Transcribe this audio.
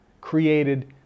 created